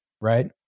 right